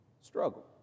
struggle